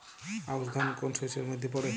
আউশ ধান কোন শস্যের মধ্যে পড়ে?